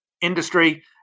industry